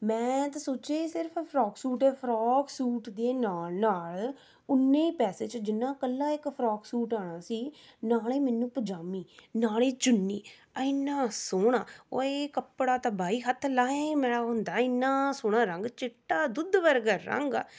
ਮੈਂ ਤਾਂ ਸੋਚਿਆ ਵੀ ਸਿਰਫ ਫ਼ਰਾਕ ਸੂਟ ਹੈ ਫ਼ਰਾਕ ਸੂਟ ਦੇ ਨਾਲ ਨਾਲ ਉਨੇਂ ਪੈਸੇ 'ਚ ਜਿੰਨਾ ਇੱਕਲਾ ਇੱਕ ਫ਼ਰਾਕ ਸੂਟ ਆਉਣਾ ਸੀ ਨਾਲੇ ਮੈਨੂੰ ਪਜ਼ਾਮੀ ਨਾਲੇ ਚੁੰਨੀ ਇੰਨਾ ਸੋਹਣਾ ਉਏਂ ਕੱਪੜਾ ਤਾਂ ਬਾਈ ਹੱਥ ਲਾਇਆ ਹੀ ਮੈਲਾ ਹੁੰਦਾ ਹੈ ਇੰਨਾ ਸੋਹਣਾ ਰੰਗ ਚਿੱਟਾ ਦੁੱਧ ਵਰਗਾ ਰੰਗ